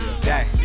day